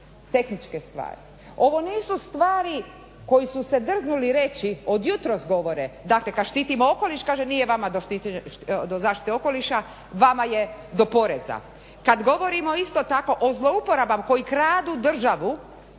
tehničke stvari, ovo nisu stvari koji su se drznuli reći od jutros govore, dakle kad štitimo okoliš kaže nije vama do zaštite okoliša, vama je do poreza. Kad govorimo isto tako o zlouporaba koji kradu državu